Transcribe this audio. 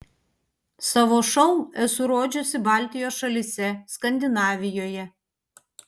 savo šou esu rodžiusi baltijos šalyse skandinavijoje